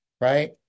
right